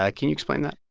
ah can you explain that?